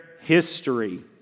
history